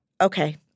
okay